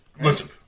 Listen